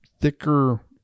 thicker